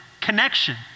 connection